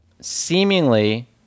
seemingly